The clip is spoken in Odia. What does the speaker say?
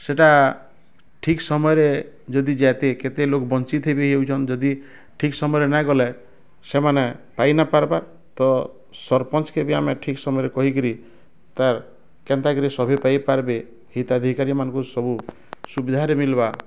ସେଟା ଠିକ୍ ସମୟରେ ଯଦି ଜାତେ କେତେ ଲୋକ ବଞ୍ଚିତ ବି ହେଇ ଯାଉଛନ ଯଦି ଠିକ ସମୟରେ ନାହିଁ କଲେ ସେମାନେ ପାଇ ନପାରିବା ତ ସରପଞ୍ଚକେ ବି ଆମେ ଠିକ୍ ସମୟରେ କହି କରି ତା'ର କେନ୍ତା କରି ସଭେ ପାଇପାରିବେ ହିତାଧିକାରୀମାନଙ୍କୁ ସବୁ ସୁବିଧାରେ ମିଳିବା